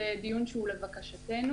זה דיון שהוא לבקשתנו.